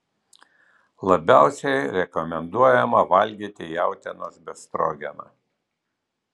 labiausiai rekomenduojama valgyti jautienos befstrogeną